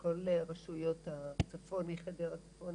כל רשויות הצפון, מחדרה צפונה,